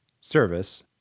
service